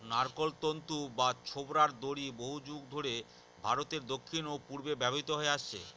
নারকোল তন্তু বা ছোবড়ার দড়ি বহুযুগ ধরে ভারতের দক্ষিণ ও পূর্বে ব্যবহৃত হয়ে আসছে